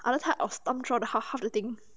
other type of storm through half half the thing